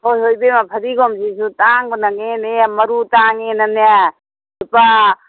ꯍꯣꯏ ꯍꯣꯏ ꯏꯕꯦꯝꯃ ꯐꯗꯤꯒꯣꯝꯁꯤꯁꯨ ꯇꯥꯡꯕꯅꯅꯦ ꯑꯅꯦ ꯃꯔꯨ ꯇꯥꯡꯉꯦꯅꯅꯦ ꯂꯨꯄꯥ